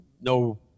no